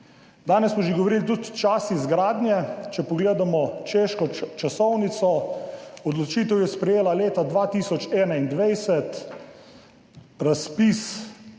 Danes smo že govorili tudi o času izgradnje. Če pogledamo češko časovnico, odločitev je sprejela leta 2021, razpis